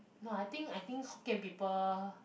no I think I think hokkien people